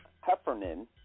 Heffernan